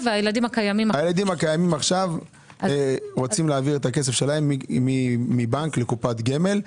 הילדים הקיימים עכשיו רוצים להעביר את הכסף שלהם מבנק לקופת גמל,